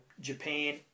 Japan